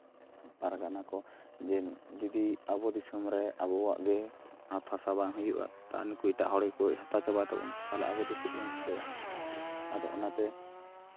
ᱯᱟᱨᱜᱟᱱᱟ ᱠᱚ ᱡᱮ ᱡᱩᱫᱤ ᱟᱵᱚ ᱫᱤᱥᱚᱢ ᱨᱮ ᱟᱵᱚᱣᱟᱜ ᱜᱮ ᱚᱛ ᱦᱟᱥᱟ ᱵᱟᱝ ᱦᱩᱭᱩᱜᱼᱟ ᱛᱟᱣ ᱱᱩᱠᱩ ᱮᱴᱟᱜ ᱦᱚᱲ ᱜᱮᱠᱚ ᱦᱟᱛᱟᱣ ᱪᱟᱵᱟᱭ ᱛᱟᱵᱚᱱᱟ ᱛᱟᱦᱚᱞᱮ ᱟᱵᱚ ᱫᱚ ᱪᱮᱫ ᱵᱚᱱ ᱪᱤᱠᱟᱹᱭᱟ ᱟᱫᱚ ᱚᱱᱟᱛᱮ